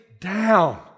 down